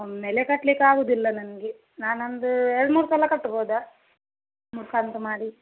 ಒಮ್ಮೆಲೆ ಕಟ್ಟಲಿಕ್ಕಾಗುದಿಲ್ಲ ನನಗೆ ನಾನೊಂದು ಎರಡು ಮೂರು ಸಲ ಕಟ್ಬೌದಾ ಮೂರು ಕಂತು ಮಾಡಿ